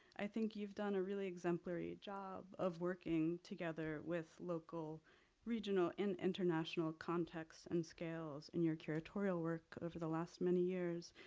i think you've done a really exemplary job of working together with local regional and international contexts and scales in your curatorial work over the last many years,